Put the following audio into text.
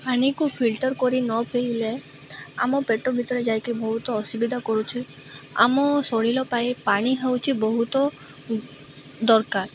ପାନିକୁ filter କରି ନପିଇଲେ ଆମ ପେଟ ଭିତରେ ଯାଇକି ବହୁତ ଅସୁବିଧା କରୁଛି ଆମ ଶଲୀଳ ପାଇଁ ପାଣି ହେଉଛି ବହୁତ ଦରକାର